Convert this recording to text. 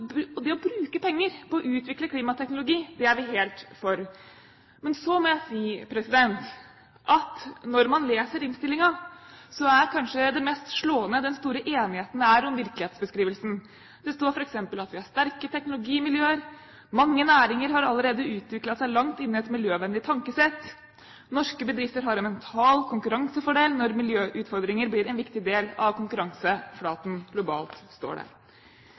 ferdig. Så det å bruke penger på å utvikle klimateknologi er vi helt for. Så må jeg si at når man leser innstillingen, er den store enigheten om virkelighetsbeskrivelsen kanskje det mest slående. Det står f.eks. at vi har «sterke teknologimiljøer». Mange næringer «har utviklet seg langt innen et miljøvennlig tankesett», og norske «bedrifter har en «mental» konkurransefordel når miljøutfordringer blir en viktig del av konkurranseflaten globalt». Jeg er 100 pst. enig i det